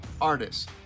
artists